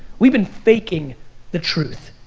we've been faking the truth.